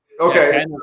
okay